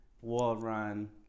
wall-run